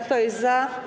Kto jest za?